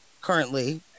currently